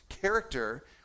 character